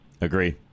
Agree